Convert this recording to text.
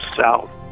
south